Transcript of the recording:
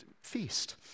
feast